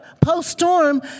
post-storm